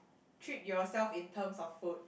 treat yourself in terms of food